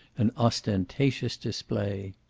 and ostentatious display.